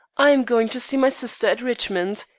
i am going to see my sister at richmond.